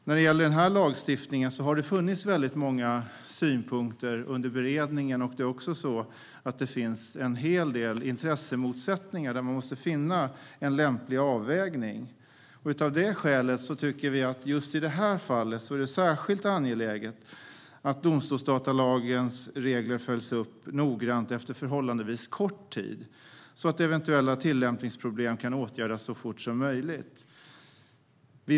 När det gäller den här lagstiftningen har det funnits många synpunkter under beredningen. Det finns också en hel del intressemotsättningar där man måste finna en lämplig avvägning. Av det skälet tycker vi att det i just det här fallet är särskilt angeläget att domstolsdatalagens regler följs upp noggrant efter förhållandevis kort tid, så att eventuella tillämpningsproblem kan åtgärdas så fort som möjligt.